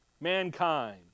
mankind